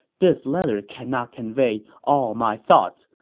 this letter cannot convey all my thoughts.